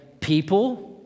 people